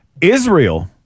Israel